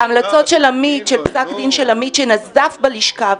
פסק דין של עמית שנזף בלשכה,